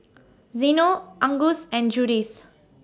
Zeno Angus and Judith